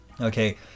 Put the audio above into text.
okay